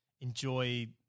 enjoy